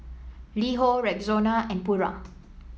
LiHo Rexona and Pura